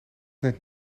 net